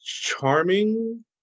charming